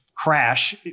crash